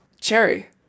Cherry